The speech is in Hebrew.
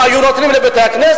אם היו נותנים לבתי-הכנסת,